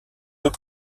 deux